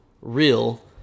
real